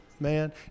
man